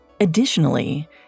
Additionally